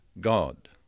God